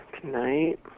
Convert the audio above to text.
Tonight